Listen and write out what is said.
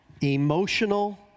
emotional